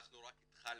אנחנו רק התחלנו.